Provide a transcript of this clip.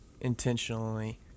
intentionally